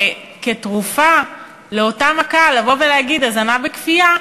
וכתרופה לאותה מכה לומר: הזנה בכפייה,